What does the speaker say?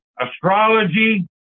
astrology